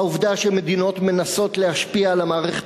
העובדה שמדינות מנסות להשפיע על המערכת